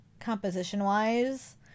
composition-wise